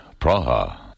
Praha